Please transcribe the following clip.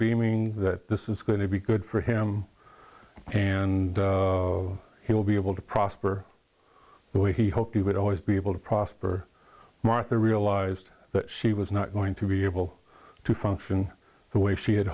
beaming that this is going to be good for him and he will be able to prosper the way he hoped he would always be able to prosper martha realized that she was not going to be able to function the way she had